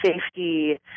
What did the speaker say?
safety